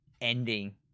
ending